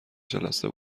جلسه